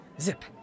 Zip